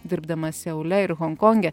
dirbdama seule ir honkonge